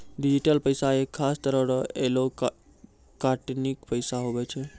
digital पैसा एक खास तरह रो एलोकटानिक पैसा हुवै छै